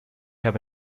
have